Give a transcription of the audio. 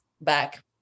back